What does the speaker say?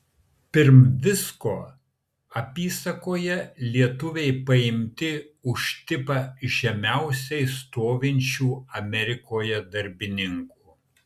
pirm visko apysakoje lietuviai paimti už tipą žemiausiai stovinčių amerikoje darbininkų